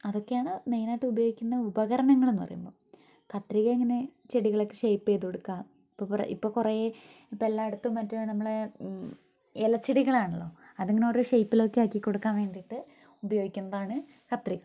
അതൊക്കെയാണ് മെയിനായിട്ട് ഉപയോഗിക്കുന്നത് ഉപകരണങ്ങളെന്നു പറയുമ്പോൾ കത്രികയങ്ങനെ ചെടികളൊക്കെ ഷെയിപ്പ് ചെയ്തുകൊടുക്കുക ഇപ്പം കുറെ ഇപ്പം കുറെ ഇപ്പം എല്ലായിടത്തും മറ്റേ നമ്മളെ ഇലച്ചെടികളാണല്ലോ അതിങ്ങനെ ഓരോ ഷെയിപ്പിലൊക്കെ ആക്കികൊടുക്കാൻ വേണ്ടിയിട്ട് ഉപയോഗിക്കുന്നതാണ് കത്രിക